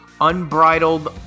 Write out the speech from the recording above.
unbridled